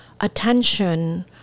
attention